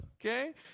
Okay